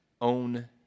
own